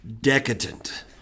decadent